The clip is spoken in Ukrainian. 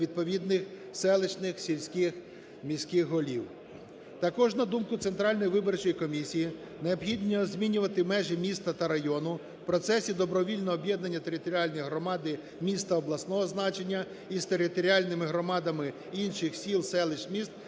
відповідних селищних, сільських, міських голів. Також, на думку Центральної виборчої комісії, необхідно змінювати межі міста та району у процесі добровільного об'єднання територіальної громади міста обласного значення із територіальними громадами інших сіл, селищ, міст,